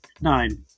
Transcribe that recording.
Nine